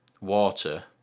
water